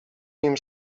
nim